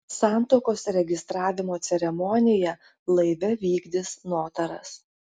santuokos registravimo ceremoniją laive vykdys notaras